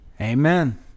Amen